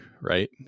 right